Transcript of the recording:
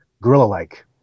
gorilla-like